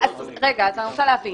אני רוצה להבין.